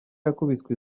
yakubiswe